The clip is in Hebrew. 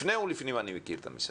לפני ולפנים אני מכיר את המשרד.